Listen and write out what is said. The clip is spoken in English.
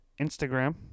Instagram